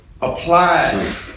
apply